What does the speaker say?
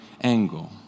angle